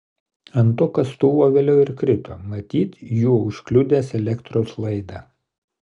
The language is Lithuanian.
ant to kastuvo vėliau ir krito matyt juo užkliudęs elektros laidą